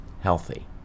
Healthy